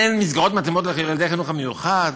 אין מסגרות מתאימות לילדי החינוך המיוחד?